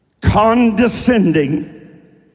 condescending